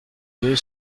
deux